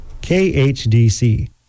khdc